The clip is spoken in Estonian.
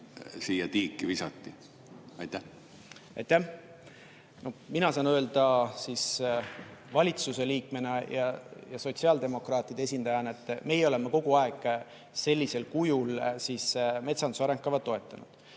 siia tiiki visati. Aitäh! Mina saan öelda valitsuse liikmena ja sotsiaaldemokraatide esindajana, et meie oleme kogu aeg sellisel kujul metsanduse arengukava toetanud.